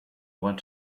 want